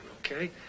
okay